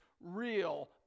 real